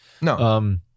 No